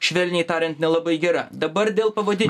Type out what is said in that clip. švelniai tariant nelabai gera dabar dėl pavadinimo